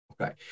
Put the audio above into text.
Okay